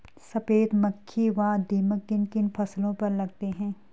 सफेद मक्खी व दीमक किन किन फसलों पर लगते हैं?